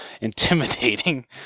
intimidating